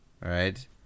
right